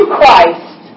Christ